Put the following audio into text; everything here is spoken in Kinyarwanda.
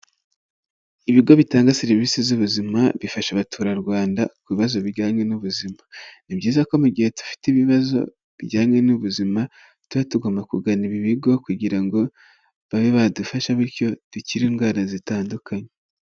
Ibigo bitanga serivisi z'ubuzima bifasha abaturarwanda ku bibazo bijyanye n'ubuzima. Ni byiza ko mu gihe dufite ibibazo bijyanye n'ubuzima tuba tugomba kugana ibi bigo, kugira ngo babe badufasha bityo dukire indwara zitandukanye.